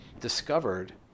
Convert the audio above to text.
discovered